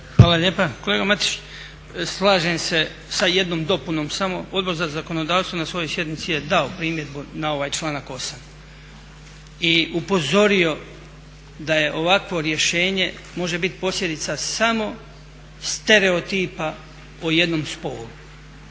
Hvala lijepa. Kolega Matušić, slažem se sa jednom dopunom samo, Odbor za zakonodavstvo na svojoj sjednici je dao primjedbu na ovaj članak 8. i upozorio da je ovakvo rješenje, može biti posljedica samo stereotipa o jednom spolu